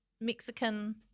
Mexican